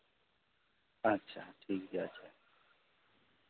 ᱟᱪᱪᱷᱟ ᱴᱷᱤᱠ ᱜᱮᱭᱟ ᱟᱪᱪᱷᱟ